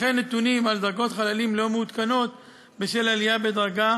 וכן נתונים על דרגות חללים לא מעודכנות בשל עלייה בדרגה